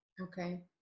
okay